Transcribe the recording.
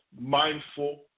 mindful